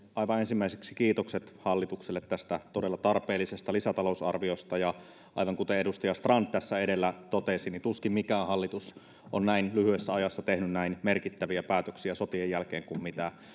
aivan ensimmäiseksi kiitokset hallitukselle tästä todella tarpeellisesta lisätalousarviosta ja aivan kuten edustaja strand tässä edellä totesi tuskin mikään hallitus sotien jälkeen on näin lyhyessä ajassa tehnyt näin merkittäviä päätöksiä kuin mitä